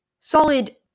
solid